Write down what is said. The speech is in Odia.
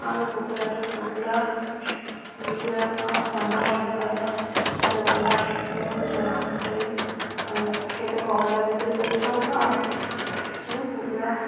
ଆମେ କୁକୁଡ଼ାଠୁ କୁକୁଡ଼ା ବିକିବା ସହ ଅଣ୍ଡା ମଧ୍ୟ ପାଇଥାଉ ସେ ଅଣ୍ଡାକୁ ଚୁଆଁ ଫୁଟେଇ ଅଣ୍ଡା କେତେକ ଅଣ୍ଡା ବିକ୍ରି କରିଥାଉ ତ ଆଉ କେତେକୁ କୁକୁଡ଼ା